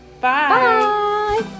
Bye